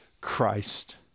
Christ